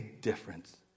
difference